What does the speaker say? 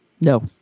No